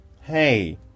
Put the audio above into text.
Hey